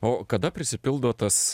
o kada prisipildo tas